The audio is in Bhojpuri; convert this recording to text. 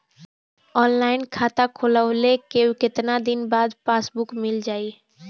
ऑनलाइन खाता खोलवईले के कितना दिन बाद पासबुक मील जाई?